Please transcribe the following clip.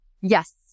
Yes